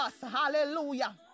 Hallelujah